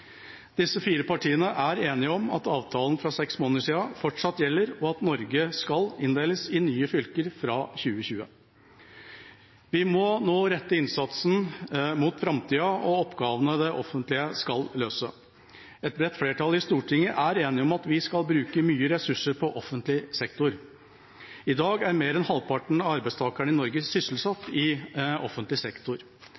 Disse fire partiene er enige om at avtalen fra for seks måneder siden fortsatt gjelder, og at Norge skal inndeles i nye fylker fra 2020. Vi må nå rette innsatsen mot framtida og oppgavene det offentlige skal løse. Et bredt flertall i Stortinget er enig om at vi skal bruke mye ressurser på offentlig sektor. I dag er mer enn halvparten av arbeidstakerne i Norge